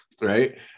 right